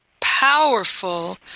powerful